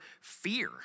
fear